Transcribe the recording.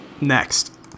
Next